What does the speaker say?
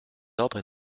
ordres